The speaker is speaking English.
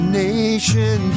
nation